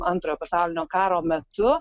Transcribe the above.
antrojo pasaulinio karo metu